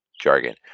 jargon